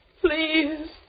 Please